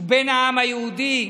בן העם היהודי,